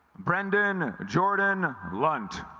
brendan jordan lunt